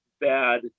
bad